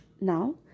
Now